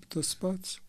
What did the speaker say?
tas pats